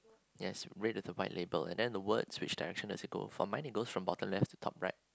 yes red and the white label and then the words which direction does it go for mine it goes from bottom left to top right